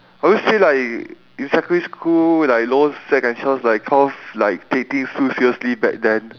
I would say like in secondary school like lower sec and so I was like cause like take things so seriously back then